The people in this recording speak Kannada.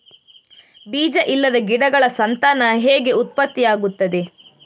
ಬೀಜ ಇಲ್ಲದ ಗಿಡಗಳ ಸಂತಾನ ಹೇಗೆ ಉತ್ಪತ್ತಿ ಆಗುತ್ತದೆ?